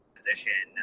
position